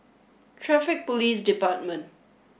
Traffic Police Department